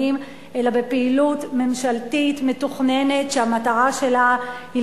אלא בפעילות ממשלתית מתוכננת שהמטרה שלה היא